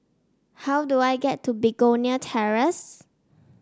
how do I get to Begonia Terrace